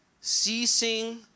ceasing